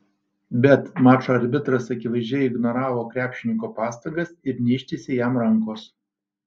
bet mačo arbitras akivaizdžiai ignoravo krepšininko pastangas ir neištiesė jam rankos